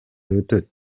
өтөт